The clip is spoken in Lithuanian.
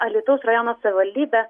alytaus rajono savivaldybė